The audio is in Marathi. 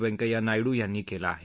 व्यंकैय्या नायडू यांनी केलं आहे